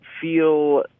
feel